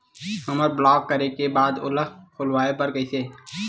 हमर ब्लॉक करे के बाद ओला खोलवाबो कइसे?